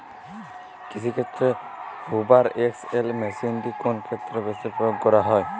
কৃষিক্ষেত্রে Hoover XL মেশিনটি কোন ক্ষেত্রে বেশি প্রয়োগ করা হয়?